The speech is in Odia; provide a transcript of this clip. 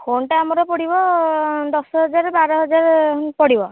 ଫୋନଟା ଆମର ପଡ଼ିବ ଦଶ ହଜାର ବାର ହଜାର ପଡ଼ିବ